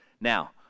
Now